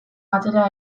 batera